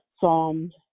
Psalms